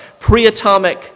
pre-atomic